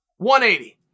180